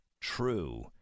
true